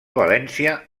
valència